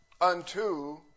unto